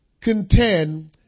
contend